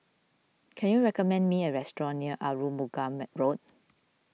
can you recommend me a restaurant near Arumugam Road